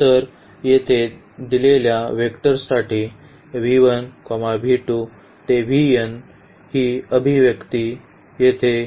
तर येथे दिलेल्या व्हेक्टर्ससाठी ही अभिव्यक्ती येथे